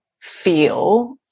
feel